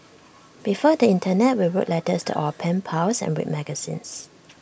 before the Internet we wrote letters to our pen pals and read magazines